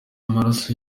amaraso